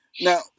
Now